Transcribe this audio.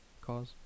cause